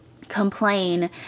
complain